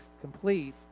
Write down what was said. complete